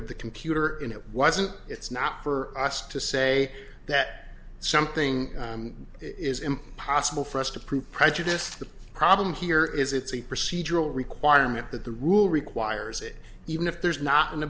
of the computer and it wasn't it's not for us to say that something is impossible for us to prove prejudice the problem here is it's a procedural requirement that the rule requires it even if there's not an